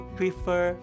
prefer